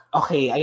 okay